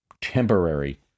temporary